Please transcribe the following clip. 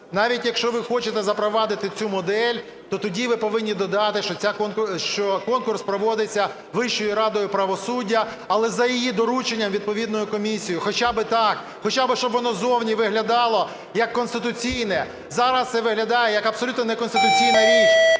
Навіть, якщо ви хочете запровадити цю модель, то тоді ви повинні додати, що конкурс проводиться Вищою радою правосуддя, але за її дорученням відповідною комісією. Хоча би так, хоча би щоб воно зовні виглядало як конституційне. Зараз це виглядає як абсолютно неконституційна річ,